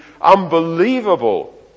unbelievable